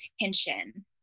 attention